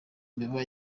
mbeba